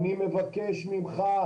אני מבקש ממך,